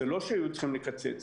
זה לא שהיו צריכים לקצץ.